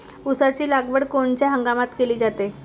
ऊसाची लागवड कोनच्या हंगामात केली जाते?